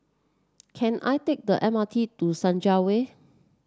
can I take the M R T to Senja Way